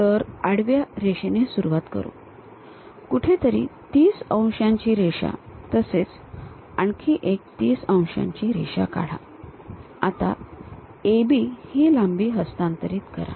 तर आडव्या रेषेने सुरुवात करु कुठेतरी 30 अंशाची रेषा तसेच आणखी एक 30 अंशाची रेषा काढा आणि आता A B ही लांबी हस्तांतरित करा